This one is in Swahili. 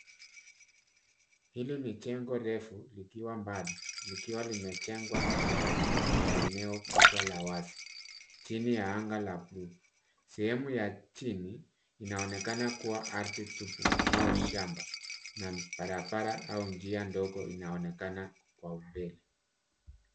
Hili ni jengo refu likiwa mbali likiwa limejengwa katikati ya eneo kubwa la wazi chini ya anga la bluu. Sehemu ya chini inaonekana kuwa ardhi tupu au shamba na barabara au njia ndogo inaonekana kwa umbele.